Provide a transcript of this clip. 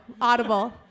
Audible